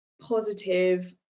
positive